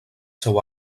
seu